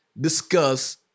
Discuss